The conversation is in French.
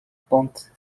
pente